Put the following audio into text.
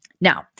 Now